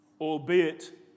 Albeit